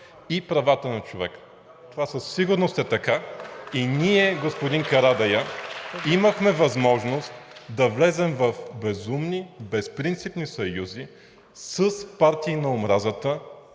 Промяната“.) Това със сигурност е така и ние, господин Карадайъ, имахме възможност да влезем в безумни, безпринципни съюзи с партии на омразата,